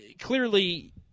clearly